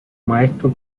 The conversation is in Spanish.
maestro